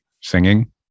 Singing